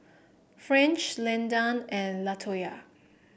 French Landan and Latoya